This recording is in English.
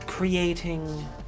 Creating